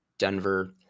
denver